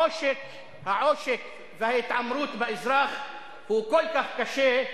העושק וההתעמרות באזרח הם כל כך קשים,